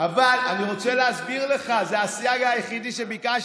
אני רוצה להסביר לך, זה הסייג היחידי שביקשתי.